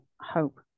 hope